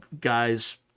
guys